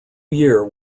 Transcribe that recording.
year